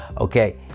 Okay